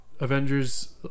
Avengers